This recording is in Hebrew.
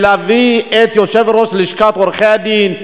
בלהביא את יושב-ראש לשכת עורכי-הדין,